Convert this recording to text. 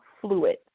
fluid